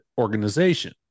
organization